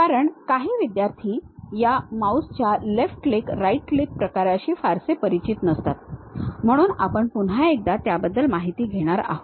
कारण काही विद्यार्थी या माऊस च्या लेफ्ट क्लिक राइट क्लिक प्रकाराशी फारसे परिचित नसतात म्हणून आपण पुन्हा एकदा त्याबद्दल माहिती घेणार आहोत